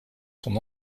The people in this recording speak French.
son